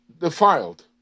defiled